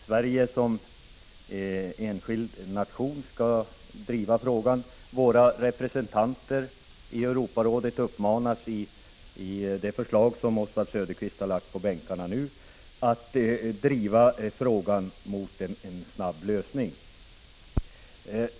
Sverige som enskild nation skall driva frågan, och våra representanter i Europarådet uppmanas i det förslag som Oswald Söderqvist har lagt på bänkarna att föra den mot en snabb lösning.